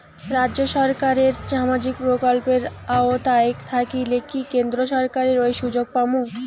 রাজ্য সরকারের সামাজিক প্রকল্পের আওতায় থাকিলে কি কেন্দ্র সরকারের ওই সুযোগ পামু?